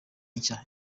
nshya